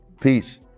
Peace